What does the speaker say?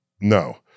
no